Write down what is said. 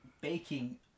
baking